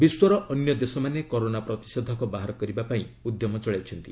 ବିଶ୍ୱର ଅନ୍ୟ ଦେଶମାନେ କରୋନା ପ୍ରତିଷେଧକ ବାହାର କରିବାପାଇଁ ଉଦ୍ୟମ ଚଳାଇଛନ୍ତି